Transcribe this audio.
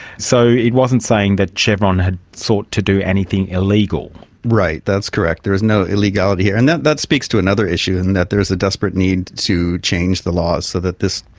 so it wasn't saying that chevron had sought to do anything illegal. right, that's correct, there is no illegality here, and that that speaks to another issue in that there is a desperate need to change the laws so that this,